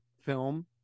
film